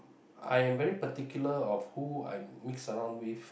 I am very particular of who I mix around with